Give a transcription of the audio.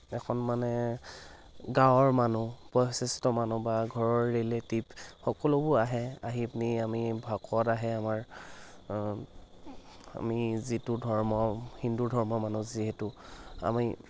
এখন মানে গাঁৱৰ মানুহ বয়সস্থ মানুহ বা ঘৰৰ ৰিলেটিভ সকলোবোৰ আহে আহি পিনি আমি ভকত আহে আমাৰ আমি যিটো ধৰ্ম হিন্দু ধৰ্মৰ মানুহ যিহেতু আমি